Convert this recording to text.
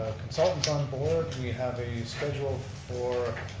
consultants on board, we have a schedule for,